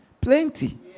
Plenty